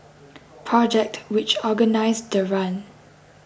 project which organised the run